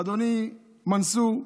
אדוני מנסור,